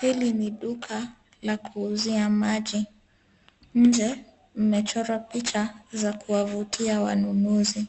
Hili ni duka la kuuzia maji. Nje, mmechorwa picha za kuwavutia wanunuzi.